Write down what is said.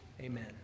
Amen